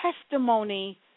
testimony